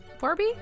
barbie